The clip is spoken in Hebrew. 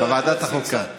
רגע, הם הממשלה?